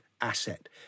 asset